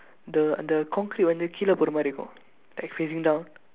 the the concrete வந்து கீழ போற மாதிரி இருக்கும்:vandthu kiizha poora maathiri irukkum like facing down